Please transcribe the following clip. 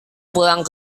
pulang